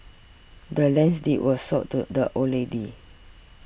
the land's deed was sold to the old lady